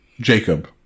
Jacob